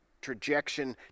trajectory